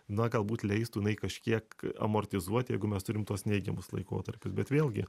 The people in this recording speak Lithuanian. na galbūt leistų jinai kažkiek amortizuoti jeigu mes turim tuos neigiamus laikotarpius bet vėlgi